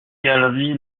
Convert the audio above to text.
galeries